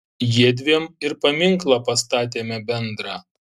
jiedviem ir paminklą pastatėme bendrą